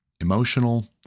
emotional